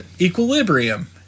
Equilibrium